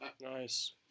Nice